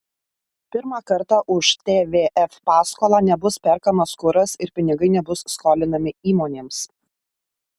pirmą kartą už tvf paskolą nebus perkamas kuras ir pinigai nebus skolinami įmonėms